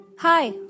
Hi